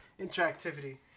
interactivity